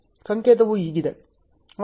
ಸಂಕೇತವು ಹೀಗಿದೆ